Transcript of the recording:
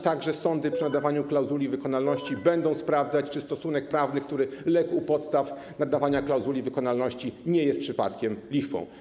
Także sądy przy wydawaniu klauzuli wykonalności będą sprawdzać, czy stosunek prawny, który legł u podstaw nadania klauzuli wykonalności, nie jest przypadkiem lichwą.